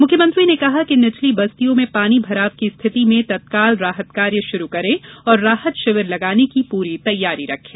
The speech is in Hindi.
मुख्यमंत्री ने कहा कि निचली बस्तियों में पानी भराव की स्थिति में तत्काल राहत कार्य शुरू करें और राहत शिविर लगाने की पूरी तैयारी रखें